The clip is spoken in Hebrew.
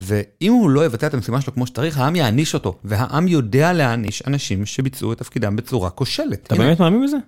ואם הוא לא יבטא את המשימה שלו כמו שצריך, העם יעניש אותו. והעם יודע לעניש אנשים שביצעו את תפקידם בצורה כושלת. אתה באמת מאמין בזה?